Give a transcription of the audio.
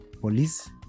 police